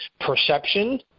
perception